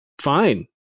fine